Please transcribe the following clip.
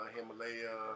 Himalaya